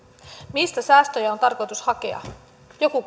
mistä säästöjä on tarkoitus hakea joku